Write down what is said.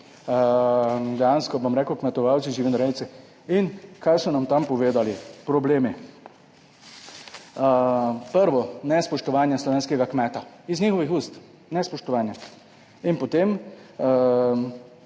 dejansko, bom rekel, kmetovalci, živinorejci. In kaj so nam tam povedali? Problemi, prvo, nespoštovanje slovenskega kmeta. Iz njihovih ust nespoštovanje. In potem,